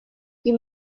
you